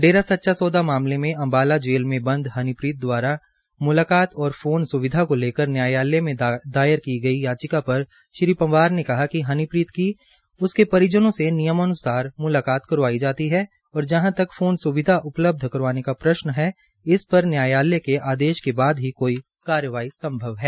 डेरा सच्चा सौदा मामले में अम्बाला जेल में बद हनीप्रीत द्वारा मुलाकात और फोन स्विधा को लेकर न्यायालय में दायर याचिका पर श्री पंवारने कहा हनीप्रीत की उसके परिजनों से नियमान्सार मुलाकात करवाई जाती है कि और जहां तक फोन स्विधा उपलब्ध करवाने का प्रश्न है इस पर न्यायालय के आदेश के बाद ही कोई कार्यवाही संभव है